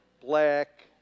black